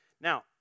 Now